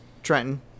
Trenton